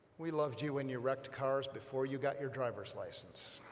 we loved you when you wrecked cars before you got your drivers license